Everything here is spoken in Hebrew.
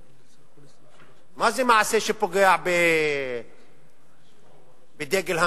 מה זה מעשה שפוגע בדגל המדינה?